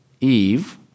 Eve